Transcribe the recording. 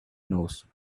knows